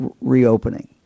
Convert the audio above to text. reopening